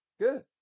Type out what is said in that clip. Good